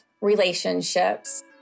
relationships